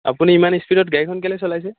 আপুনি ইমান স্পীডত গাড়ীখন কলে চলাইছে